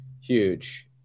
Huge